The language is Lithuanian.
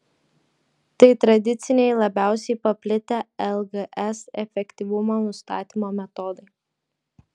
tai tradiciniai labiausiai paplitę lgs efektyvumo nustatymo metodai